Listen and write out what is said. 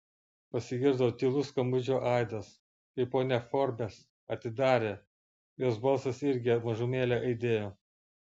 pasigirdo tylus skambučio aidas kai ponia forbes atidarė jos balsas irgi mažumėlę aidėjo